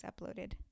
uploaded